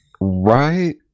Right